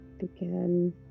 Begin